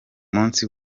munsi